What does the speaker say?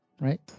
right